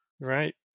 Right